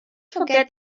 forget